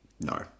No